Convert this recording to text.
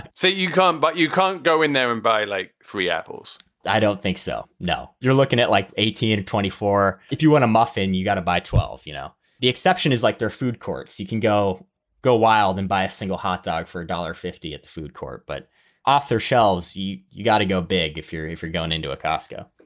say you come, but you can't go in there and buy like free apples i don't think so. no. you're looking at like eighteen to twenty four. if you want a muffin, you've got to buy twelve. you know, the exception is like their food courts. you can go go wild and buy a single hotdog for a dollar fifty at the food court, but off their shelves. you you got to go big if you're if you're going into a costco.